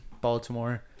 Baltimore